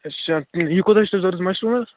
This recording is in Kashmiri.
اَچھا یہِ کوٗتاہ چھُ تۅہہِ ضروٗرت مشروٗم حظ